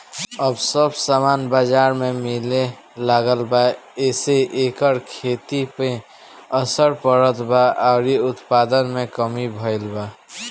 अब सब सामान बजार में मिले लागल बा एसे एकर खेती पर असर पड़ल बा अउरी उत्पादन में कमी भईल बा